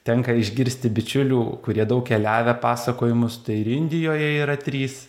tenka išgirsti bičiulių kurie daug keliavę pasakojimus tai ir indijoje yra trys